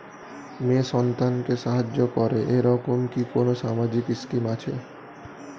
মেয়ে সন্তানকে সাহায্য করে এরকম কি কোনো সামাজিক স্কিম আছে?